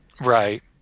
Right